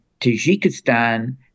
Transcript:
Tajikistan